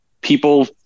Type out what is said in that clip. people